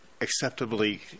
acceptably